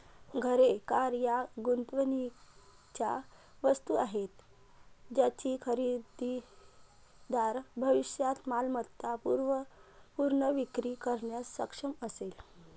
घरे, कार या गुंतवणुकीच्या वस्तू आहेत ज्याची खरेदीदार भविष्यात मालमत्ता पुनर्विक्री करण्यास सक्षम असेल